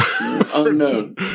Unknown